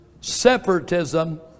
separatism